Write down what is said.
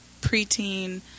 preteen